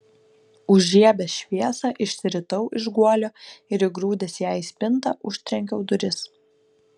užžiebęs šviesą išsiritau iš guolio ir įgrūdęs ją į spintą užtrenkiau duris